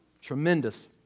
Tremendous